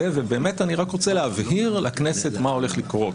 ובאמת אני רק רוצה להבהיר לכנסת מה הולך לקרות.